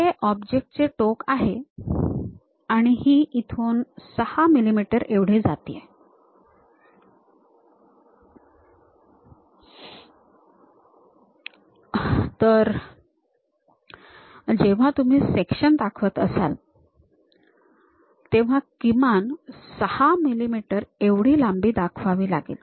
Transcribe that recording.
हे ऑब्जेक्ट चे टोक आहे आणि ही इथून ६ मीमी एवढी जातेय तर जेव्हा तुम्ही सेक्शन दाखवत असाल तेव्हा किमान ६ मिमी एवढी लांबी दाखवावी लागेल